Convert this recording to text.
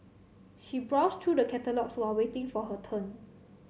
she browse through the catalogues while waiting for her turn